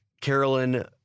Carolyn